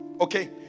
okay